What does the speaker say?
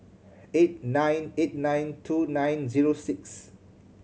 eight nine eight nine two nine zero six